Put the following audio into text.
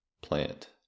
Plant